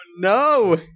no